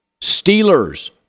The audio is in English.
Steelers